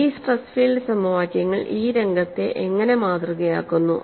ഈ stress field സമവാക്യങ്ങൾ ഈ രംഗത്തെ എങ്ങനെ മാതൃകയാക്കുന്നു